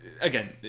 again